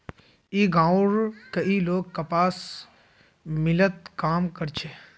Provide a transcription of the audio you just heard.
ई गांवउर कई लोग कपास मिलत काम कर छे